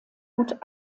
gut